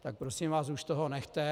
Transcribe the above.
Tak prosím vás, už toho nechte.